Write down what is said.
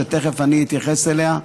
שתכף אני אתייחס אליה,